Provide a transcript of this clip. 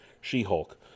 She-Hulk